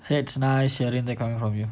that's nice sharing that coming from you